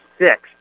six